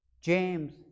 James